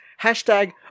Hashtag